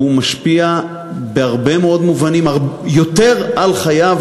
והוא משפיע בהרבה מאוד מובנים יותר על חייו